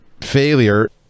failure